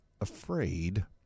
afraid